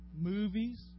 movies